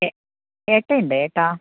ഏ ഏട്ട ഉണ്ടോ ഏട്ട